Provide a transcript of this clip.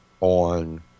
on